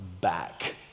back